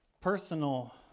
personal